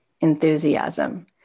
enthusiasm